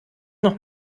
noch